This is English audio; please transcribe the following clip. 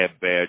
bad